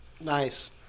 Nice